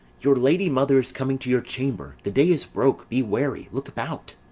your lady mother is coming to your chamber. the day is broke be wary, look about.